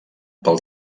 pel